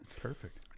Perfect